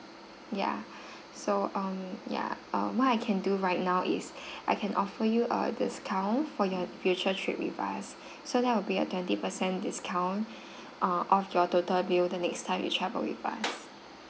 ya so um ya um what I can do right now is I can offer you a discount for your future trip with us so that will be a twenty percent discount uh off your total bill the next time you travel with us